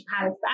Palace